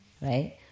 right